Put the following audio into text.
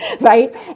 right